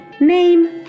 name